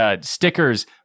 Stickers